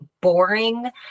boring